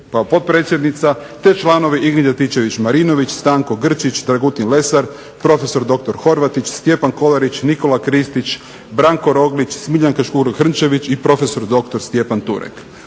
kao potpredsjednica te članovi Ingrid Antičević-Marinović, Stanko Grčić, Dragutin Lesar, prof.dr. Horvatić, Stjepan Kolarić, Nikola Kristić, Branko Roglić, Smiljanka Škugor Hrnčević i prof.dr. Stjepan Turek.